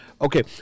Okay